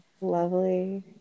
lovely